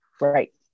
Right